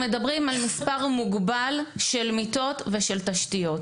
ומספר מוגבל של מיטות ותשתיות.